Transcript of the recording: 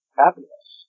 happiness